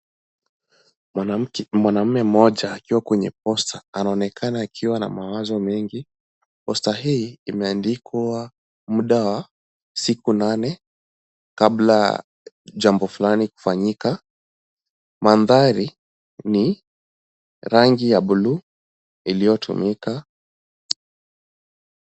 Mwanaume mmoja akiwa kwenye poster , anaonekana akiwa na mawazo mengi. Poster hii imeandikwa muda wa siku nane kabla jambo fulani kufanyika. Mandhari ni rangi ya buluu iliyotumika.